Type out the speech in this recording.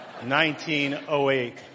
1908